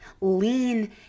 Lean